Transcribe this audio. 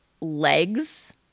legs